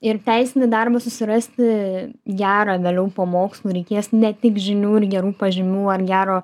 ir teisinį darbą susirasti gerą vėliau po mokslų reikės ne tik žinių ir gerų pažymių ar gero